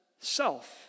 self